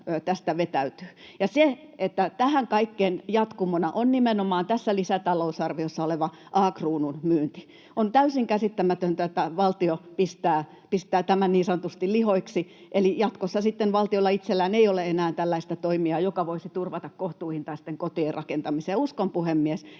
vetäytyy. Tähän kaikkeen jatkumona on nimenomaan tässä lisätalousarviossa oleva A-Kruunun myynti. On täysin käsittämätöntä, että valtio pistää tämän niin sanotusti lihoiksi. Eli jatkossa sitten valtiolla itsellään ei ole enää tällaista toimijaa, joka voisi turvata kohtuuhintaisten kotien rakentamisen. Uskon, puhemies,